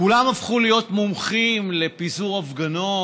כולם הפכו להיות מומחים לפיזור הפגנות,